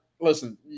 listen